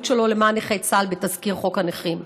שלו למען נכי צה"ל בתזכיר חוק הנכים.